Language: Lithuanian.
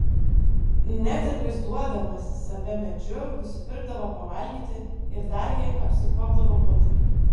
net ir vaizduodamasis save medžiu nusipirkdavo pavalgyti ir dargi apsikuopdavo butą